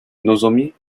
nozomi